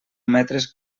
metres